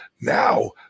now